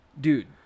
Dude